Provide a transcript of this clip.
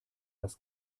das